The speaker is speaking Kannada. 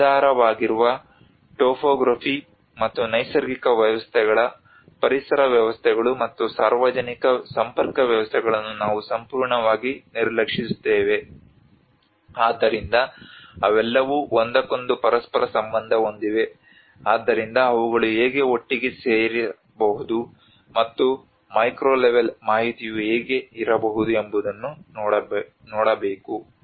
ಆಧಾರವಾಗಿರುವ ಟೋಪೋಗ್ರಫಿ ಮತ್ತು ನೈಸರ್ಗಿಕ ವ್ಯವಸ್ಥೆಗಳ ಪರಿಸರ ವ್ಯವಸ್ಥೆಗಳು ಮತ್ತು ಸಾರ್ವಜನಿಕ ಸಂಪರ್ಕ ವ್ಯವಸ್ಥೆಗಳನ್ನು ನಾವು ಸಂಪೂರ್ಣವಾಗಿ ನಿರ್ಲಕ್ಷಿಸುತ್ತೇವೆ ಆದ್ದರಿಂದ ಅವೆಲ್ಲವೂ ಒಂದಕ್ಕೊಂದು ಪರಸ್ಪರ ಸಂಬಂಧ ಹೊಂದಿವೆ ಆದ್ದರಿಂದ ಅವುಗಳು ಹೇಗೆ ಒಟ್ಟಿಗೆ ಸೇರಬಹುದು ಮತ್ತು ಮ್ಯಾಕ್ರೊ ಲೆವೆಲ್ ಮಾಹಿತಿಯು ಹೇಗೆ ಇರಬಹುದು ಎಂಬುದನ್ನು ನೋಡಬೇಕು